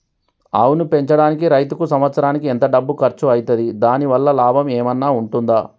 ఆవును పెంచడానికి రైతుకు సంవత్సరానికి ఎంత డబ్బు ఖర్చు అయితది? దాని వల్ల లాభం ఏమన్నా ఉంటుందా?